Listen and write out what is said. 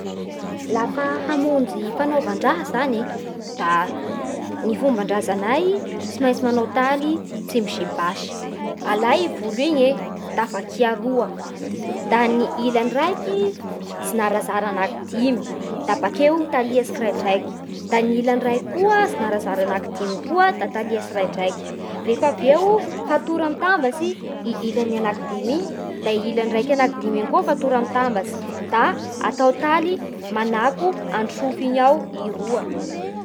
Lafa hamonjy fanaova-draha zany e, da ny fomba-drazanay tsy manao taly tsimizibasy. Alay e volo igny e da vakia roa, da ny ilany raiky zinarazara anaky dimy da bakeo taly tsikiraidraiky, da ny ilany raiky koa da zinarazara dimy koa da talia tsiraidraiky, rehefa avy eo fatora mitambatsy ilan'n y anakidimy iny, da ilany anakiraiky dimy iny koa fatora mitambatsy, da atao taly manako an'ny sofy igny ao i roa.